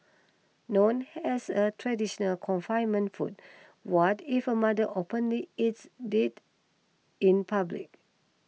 known as a traditional confinement food what if a mother openly eats in public